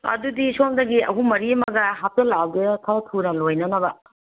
ꯑꯣ ꯑꯗꯨꯗꯤ ꯁꯣꯝꯗꯒꯤ ꯑꯍꯨꯝ ꯃꯔꯤ ꯑꯃꯒ ꯍꯥꯞꯆꯜꯂꯛꯑꯒꯦ ꯈꯔ ꯊꯨꯅ ꯂꯣꯏꯅꯅꯕ